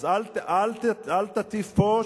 אז אל תטיף פה.